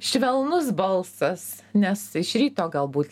švelnus balsas nes iš ryto galbūt